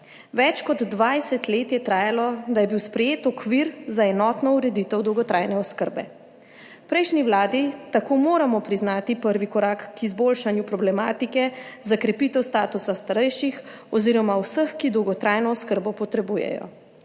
Več kot 20 let je trajalo, da je bil sprejet okvir za enotno ureditev dolgotrajne oskrbe. V prejšnji Vladi tako moramo priznati prvi korak k izboljšanju problematike za krepitev statusa starejših oziroma vseh, ki dolgotrajno oskrbo potrebujejo,